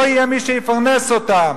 לא יהיה מי שיפרנס אותם,